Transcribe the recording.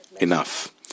enough